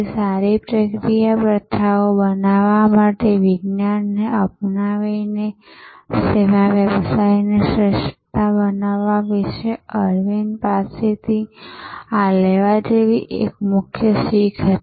તેથી સારી પ્રક્રિયા પ્રથાઓ બનાવવા માટે વિજ્ઞાનને અપનાવીને સેવા વ્યવસાયની શ્રેષ્ઠતા બનાવવા વિશે અરવિંદ પાસેથી લેવા જેવી આ એક મુખ્ય શીખ હતી